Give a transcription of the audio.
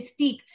Mystique